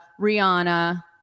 Rihanna